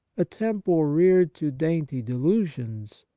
a temple reared to dainty delusions,